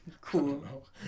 Cool